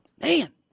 Man